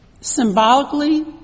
symbolically